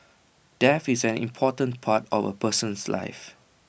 death is an important part A person's life